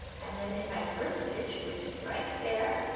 and then in my first stitch which is right there